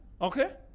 Okay